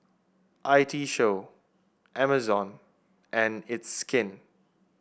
I T Show Amazon and It's Skin